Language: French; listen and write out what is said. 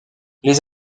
les